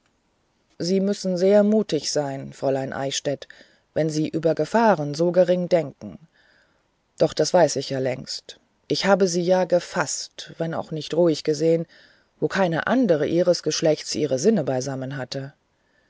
sie müssen sehr mutig sein fräulein eichstädt wenn sie über gefahren so gering denken doch das weiß ich ja längst ich habe sie ja gefaßt wenn auch nicht ruhig gesehen wo keine andere ihres geschlechts ihre sinne beisammen hatte